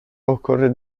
occorre